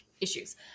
issues